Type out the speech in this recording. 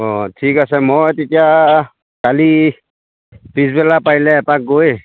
অঁ অঁ ঠিক আছে মই তেতিয়া কালি পিছবেলা পাৰিলে এপাক গৈ